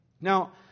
Now